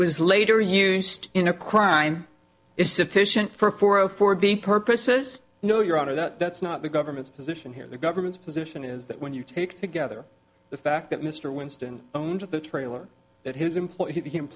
was later used in a crime is sufficient for four zero for being purposes no your honor that that's not the government's position here the government's position is that when you take together the fact that mr winston owned the trailer that his employe